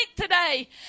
today